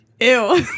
Ew